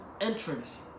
entrance